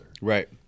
Right